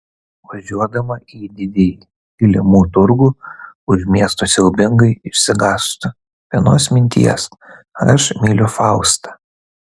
važiuodama į didįjį kilimų turgų už miesto siaubingai išsigąstu vienos minties aš myliu faustą